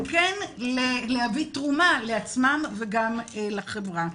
וכן להביא תרומה לעצמם וגם לחברה.